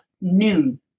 noon